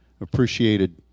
appreciated